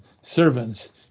servants